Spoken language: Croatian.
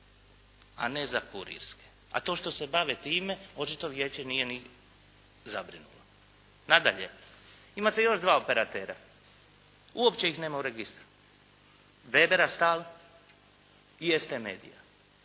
a ne za kurirske. A to što se bave time očito Vijeće nije ni zabrinulo. Nadalje, imate još dva operatera. Uopće ih nema u registru. Weber Escal i ST Media.